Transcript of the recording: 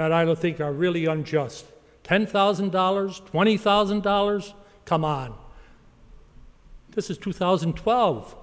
that i don't think are really young just ten thousand dollars twenty thousand dollars come on this is two thousand and twelve